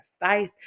precise